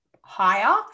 higher